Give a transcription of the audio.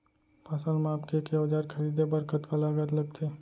फसल मापके के औज़ार खरीदे बर कतका लागत लगथे?